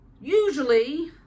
Usually